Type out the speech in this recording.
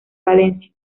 valencia